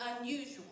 unusual